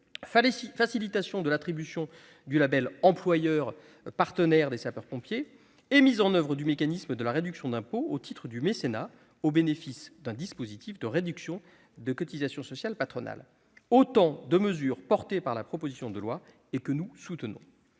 facilitation de l'attribution du label « employeur partenaire des sapeurs-pompiers » et la mise en oeuvre du mécanisme de la réduction d'impôt au titre du mécénat, au bénéfice d'un dispositif de réduction de cotisations sociales patronales, telles sont toutes les mesures que la proposition de loi porte en ce sens